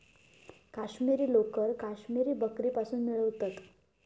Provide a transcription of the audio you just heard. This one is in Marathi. काश्मिरी लोकर काश्मिरी बकरीपासुन मिळवतत